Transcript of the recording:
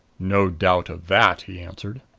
no doubt of that, he answered.